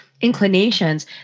Inclinations